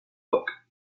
book